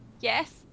Yes